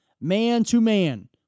man-to-man